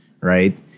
right